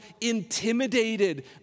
intimidated